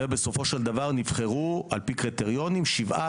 ובסופו של דבר נבחרו על פי קריטריונים שבעה